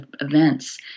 events